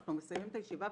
אנחנו מסיימים את הישיבה,